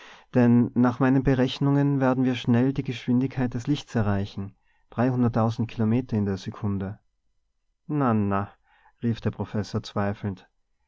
denn nach meinen berechnungen werden wir schnell die geschwindigkeit des lichts erreichen kilometer in der sekunde na na rief der professor zweifelnd